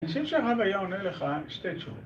אני חושב שהרב היה עונה לך, שתי תשובות.